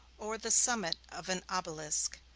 or the summit of an obelisk,